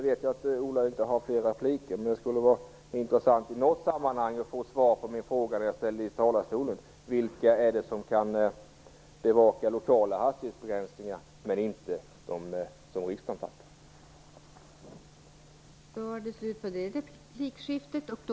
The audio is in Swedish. Jag vet att Ola Sundell inte har rätt till fler repliker, men det vore intressant att i något sammanhang få svar på den fråga som jag ställde från talarstolen: Vilka är det som kan bevaka lokala hastighetsbegränsningar men inte de hastighetsbegränsningar som riksdagen fattat beslut om?